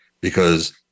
because-